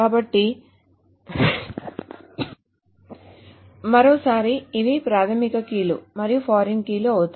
కాబట్టి ఎవరు మరియు ఏ లోన్ తీసుకున్నారు కాబట్టి మరోసారి ఇవి ప్రాధమిక కీలు మరియు ఫారిన్ కీలు అవుతాయి